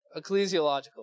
ecclesiological